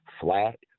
flat